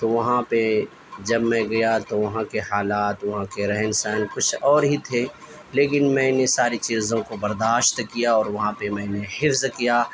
تو وہاں پہ جب میں گیا تو وہاں کے حالات وہاں کے رہن سہن کچھ اور ہی تھے لیکن میں نے ساری چیزوں کو برداشت کیا اور وہاں پہ میں نے حفظ کیا